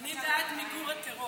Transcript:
אני בעד מיגור הטרור.